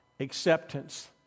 acceptance